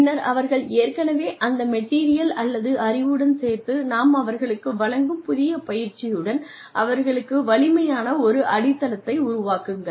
பின்னர் அவர்கள் ஏற்கனவே இந்த மெட்டீரியல் அல்லது அறிவுடன் சேர்த்து நாம் அவர்களுக்கு வழங்கும் புதிய பயிற்சியுடன் அவர்களுக்கு வலிமையான ஒரு அடித்தளத்தை உருவாக்குங்கள்